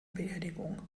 beerdigung